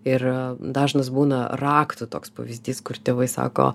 ir dažnas būna raktų toks pavyzdys kur tėvai sako